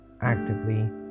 actively